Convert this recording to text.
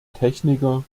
techniker